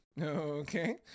Okay